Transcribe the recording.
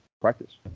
practice